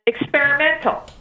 Experimental